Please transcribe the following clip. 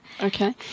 Okay